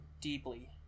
deeply